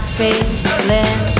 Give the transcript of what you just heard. Feeling